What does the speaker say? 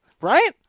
Right